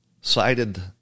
cited